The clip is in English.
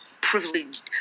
privileged